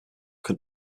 can